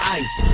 ice